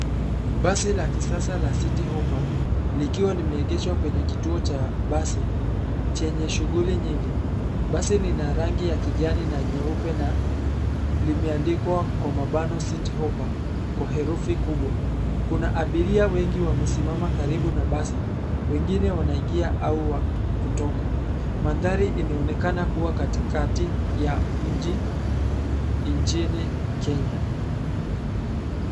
Basi la kisasa la City Hoppa likiwa limeegeshwa kwenye kituo cha basi chenye shughuli nyingi. Basi lina rangi ya kijani na nyeupe na limeandikwa kwa mabano, City Hoppa, kwa herufi kubwa. Kuna abiria wengi wamesimama karibu na basi wengine wanaingia au kutoka. Mandhari inaonekana kuwa katikati ya mji nchini Kenya.